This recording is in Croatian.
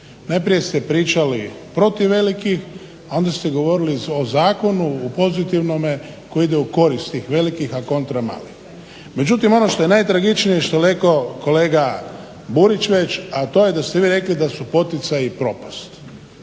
Najprije ste pričali protiv velikih, a onda ste govorili o zakonu u pozitivnome koji ide u korist tih velikih, a kontra malih. Međutim, ono što je najtragičnije što je rekao kolega Burić već a to je da ste vi rekli da su poticaji propast.